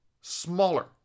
smaller